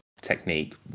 technique